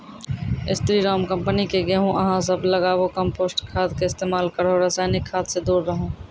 स्री Ram company के गेहूँ अहाँ सब लगाबु कम्पोस्ट खाद के इस्तेमाल करहो रासायनिक खाद से दूर रहूँ?